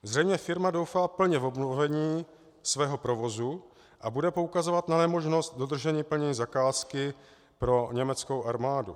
Zřejmě firma doufá plně v obnovení svého provozu a bude poukazovat na nemožnost dodržení plnění zakázky pro německou armádu.